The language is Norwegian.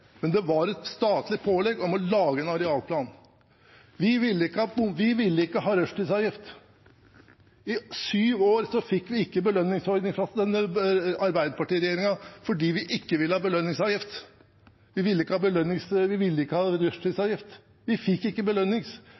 men det var et statlig pålegg om å lage en arealplan. Vi ville ikke ha rushtidsavgift. I syv år fikk vi ikke belønningsordning fra Arbeiderparti-regjeringen fordi vi ikke ville ha rushtidsavgift. Vi ville ikke ha rushtidsavgift. Vi fikk ikke belønningsordning. Til tross for at vi